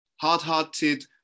hard-hearted